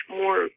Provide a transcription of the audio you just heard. more